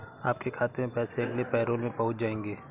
आपके खाते में पैसे अगले पैरोल में पहुँच जाएंगे